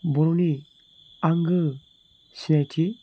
बर'नि आंगो सिनायथि